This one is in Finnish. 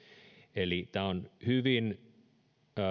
eli tämä on hyvin